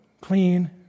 clean